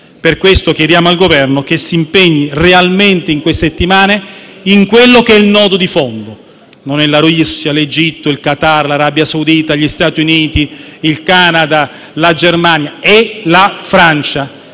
Per questo chiediamo al Governo che si impegni realmente in queste settimane sul nodo di fondo. Non è la Russia, l'Egitto, il Qatar, l'Arabia Saudita, gli Stati Uniti, il Canada, la Germania, ma la Francia.